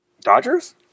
Dodgers